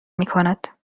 میکند